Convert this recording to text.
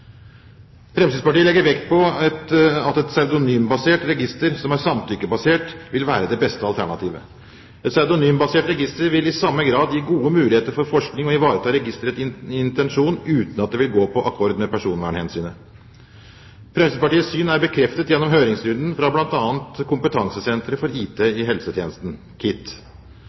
Fremskrittspartiet legger vekt på at et pseudonymbasert register som er samtykkebasert, vil være det beste alternativet. Et pseudonymbasert register vil i samme grad gi gode muligheter for forskning og ivareta registerets intensjon uten at det vil gå på akkord med personvernhensynet. Fremskrittspartiets syn er bekreftet gjennom høringsrunden fra bl.a. Kompetansesenteret for IT i